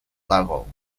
level